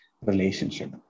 relationship